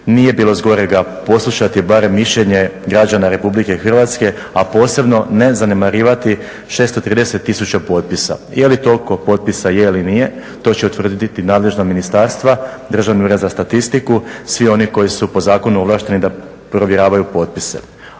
nije bilo s gorega poslušati barem mišljenje građana Republike Hrvatske, a posebno ne zanemarivati 630 tisuća potpisa. Je li toliko potpisa, je ili nije, to će utvrditi nadležna ministarstva, Državni ured za statistiku, svi oni koji su po zakonu ovlašteni da provjeravaju potpise.